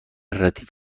ردیف